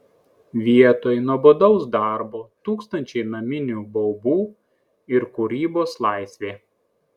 vietoj nuobodaus darbo tūkstančiai naminių baubų ir kūrybos laisvė